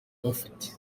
bafite